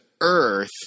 Earth